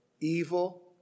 evil